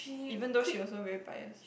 even though she also very biased